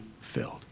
filled